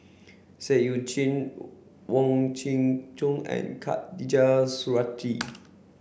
Seah Eu Chin Wong Kin Jong and Khatijah Surattee